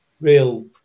real